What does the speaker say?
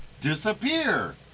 disappear